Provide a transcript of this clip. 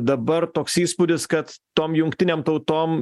dabar toks įspūdis kad tom jungtinėm tautom